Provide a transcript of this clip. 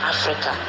Africa